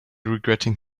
regretting